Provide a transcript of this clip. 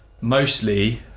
Mostly